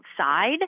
outside